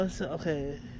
Okay